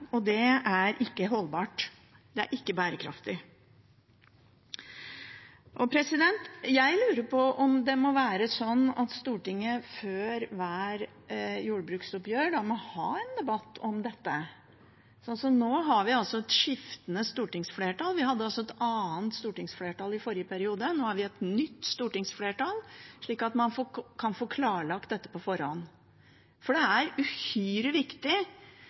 Det er ikke holdbart, det er ikke bærekraftig. Jeg lurer på om Stortinget før hvert jordbruksoppgjør må ha en debatt om dette – vi har et skiftende stortingsflertall, vi hadde et annet stortingsflertall i forrige periode, nå har vi et nytt stortingsflertall – slik at man kan få klarlagt dette på forhånd. For det er uhyre viktig